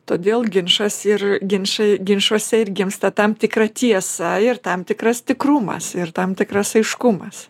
todėl ginčas ir ginčai ginčuose ir gimsta tam tikra tiesa ir tam tikras tikrumas ir tam tikras aiškumas